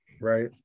right